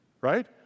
right